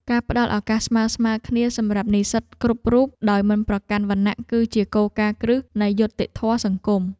ការផ្តល់ឱកាសស្មើៗគ្នាសម្រាប់និស្សិតគ្រប់រូបដោយមិនប្រកាន់វណ្ណៈគឺជាគោលការណ៍គ្រឹះនៃយុត្តិធម៌សង្គម។